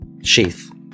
sheath